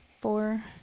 Four